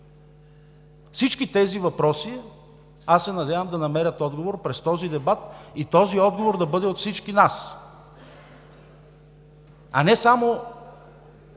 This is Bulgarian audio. Всички тези въпроси аз се надявам да намерят отговор през този дебат и този отговор да бъде от всички нас, а не само